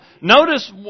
Notice